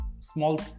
small